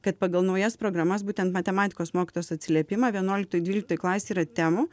kad pagal naujas programas būtent matematikos mokytojos atsiliepimą vienuoliktoj dvyliktoj klasėj yra temų